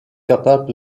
capables